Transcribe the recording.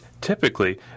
Typically